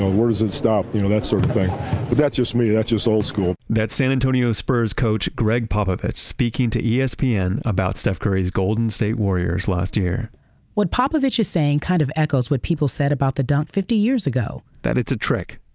where does it stop? you know that sort of thing. but that's just me. that's just old school. that's san antonio spurs coach greg popovich speaking to yeah espn about steph curry's golden state warriors last year what popovich is saying kind of echoes what people said about the dunk fifty years ago that it's a trick,